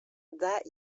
that